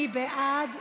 מי בעד?